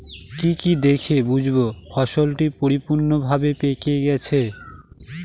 কি কি দেখে বুঝব ফসলটি পরিপূর্ণভাবে পেকে গেছে?